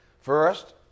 First